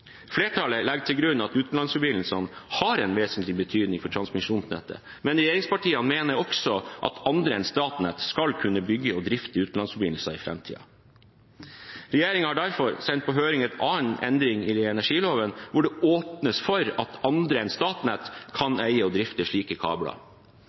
Flertallet legger til grunn at utenlandsforbindelser har en vesentlig betydning for transmisjonsnettet, men regjeringspartiene mener også at andre enn Statnett skal kunne bygge og drifte utenlandsforbindelser i framtiden. Regjeringen har derfor sendt på høring en annen endring i energiloven hvor det åpnes for at andre enn Statnett